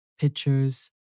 pictures